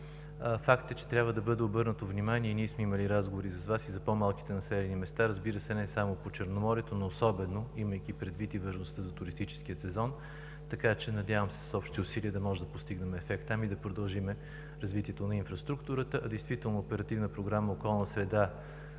Факт е, че трябва да бъде обърнато внимание и ние сме имали разговори с Вас и за по-малките населени места, разбира се, не само по Черноморието, но особено имайки предвид и важността за туристическия сезон. Така че се надявам с общи усилия да можем да постигнем ефект там и да продължим развитието на инфраструктурата. Действително Оперативна програма „Околна среда